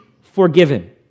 forgiven